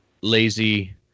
lazy